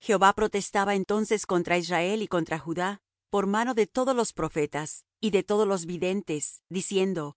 jehová protestaba entonces contra israel y contra judá por mano de todos los profetas y de todos los videntes diciendo